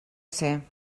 ser